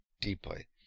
deeply